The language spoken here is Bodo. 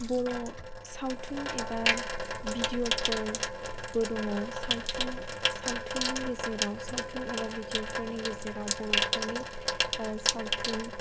बर' सावथुन एबा भिडिय'फोरबो दङ सावथुन सावथुननि गेजेराव सावथुन एबा भिडिय'फोरनि गेजेराव बर'फोरनि ओ सावथुन